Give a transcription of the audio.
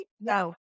No